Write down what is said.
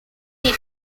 did